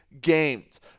games